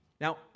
Now